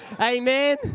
Amen